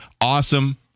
awesome